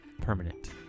permanent